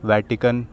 Vatican